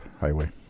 highway